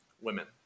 Women